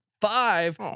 five